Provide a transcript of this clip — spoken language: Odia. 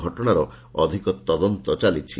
ଘଟଣାର ଅଧିକ ତଦନ୍ତ ଚାଲିଛି